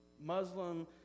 Muslim